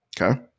Okay